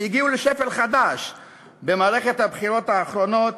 שהגיעו לשפל חדש במערכת הבחירות האחרונה,